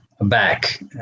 back